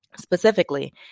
Specifically